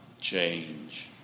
change